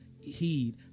heed